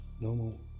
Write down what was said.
Normal